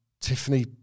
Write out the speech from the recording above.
Tiffany